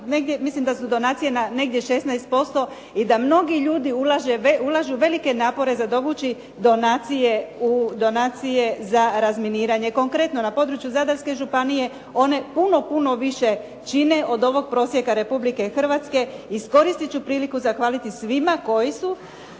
mislim da su donacije negdje na 16% i da mnogu ljudi ulažu velike napore za dovući donacije za razminiranje. Konkretno na području Zadarske županije one puno, puno više čine od ovog prosjeka Republike Hrvatske. iskoristit ću priliku zahvaliti svima koji su